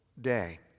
day